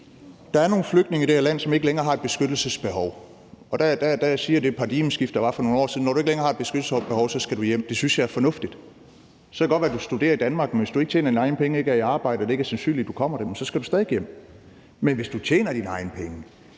ja eller nej til det. Der er nogle flygtninge i det her land, som ikke længere har noget beskyttelsesbehov, og der siger det paradigmeskifte, der var for nogle år siden, at når man ikke længere har noget beskyttelsesbehov, så skal man hjem. Det synes jeg er fornuftigt. Så kan det godt være, at man studerer i Danmark, men hvis man ikke tjener sine egne penge og ikke er i arbejde og det ikke er sandsynligt, at man kommer det, så skal man stadig væk hjem. Men hvis man tjener sine egne penge,